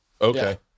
Okay